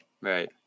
Right